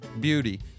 beauty